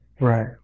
Right